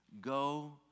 go